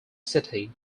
city